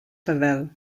pavel